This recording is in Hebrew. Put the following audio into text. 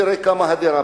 כמה עולה?